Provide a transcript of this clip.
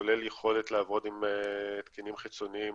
כולל יכולת לעבוד עם התקנים חיצוניים,